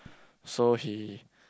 so he